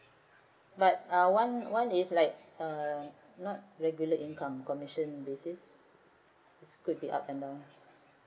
but one one is like uh not regular income commission basis could be up and down